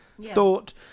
Thought